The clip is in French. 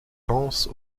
pense